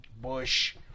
Bush